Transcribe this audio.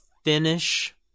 Finish